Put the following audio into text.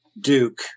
Duke